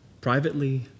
privately